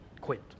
quit